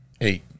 Eight